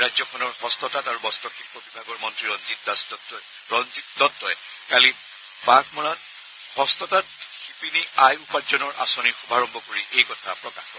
ৰাজ্যখনৰ হস্ততাঁত আৰু বব্বশিল্প বিভাগৰ মন্ত্ৰী ৰঞ্জিত দাস দত্তই কালি বাঘমৰাত হস্ততাঁত শিপিনী আয় উপাৰ্জনৰ আঁচনিৰ শুভাৰম্ভ কৰি এই কথা প্ৰকাশ কৰে